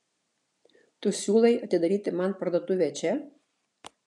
tu siūlai atidaryti man parduotuvę čia